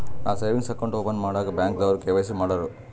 ನಾ savings account open ಮಾಡಾಗ್ ಬ್ಯಾಂಕ್ದವ್ರು ಕೆ.ವೈ.ಸಿ ಮಾಡೂರು